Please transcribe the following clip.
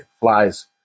flies